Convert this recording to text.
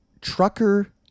trucker